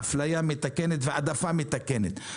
אפליה מתקנת והעדפה מתקנת,